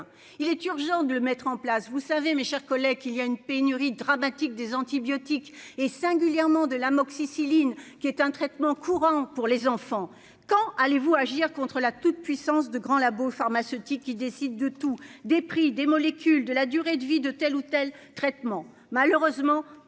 il est urgent de mettre en place, vous savez, mes chers collègues, qu'il y a une pénurie dramatique des antibiotiques, et singulièrement de l'Amoxicilline qui est un traitement courant pour les enfants, quand allez-vous agir contre la toute puissance de grands labos pharmaceutiques qui décide de tout, des prix des molécules de la durée de vie de tels ou tel, traitement malheureusement pas